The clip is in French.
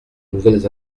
nouvelles